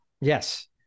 Yes